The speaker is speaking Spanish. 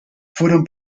fueron